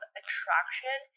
attraction